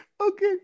Okay